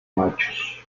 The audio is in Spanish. machos